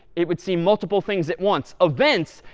it would seem, multiple things at once, events,